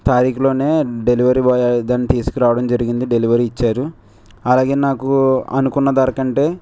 తారీఖులోనే delivery boy దాన్ని తీసుకురావడం జరిగింది డెలివరీ ఇచ్చారు అలాగే నాకు అనుకున్న ధర కంటే